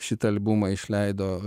šitą albumą išleido